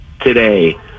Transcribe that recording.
today